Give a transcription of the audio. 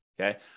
Okay